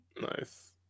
Nice